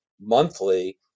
monthly